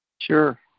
Sure